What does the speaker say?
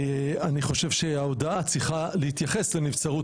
אני חושב שההודעה צריכה להתייחס לנבצרות